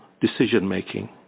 decision-making